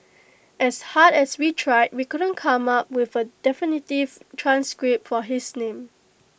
as hard as we tried we couldn't come up with A definitive transcript for his name